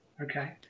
Okay